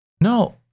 No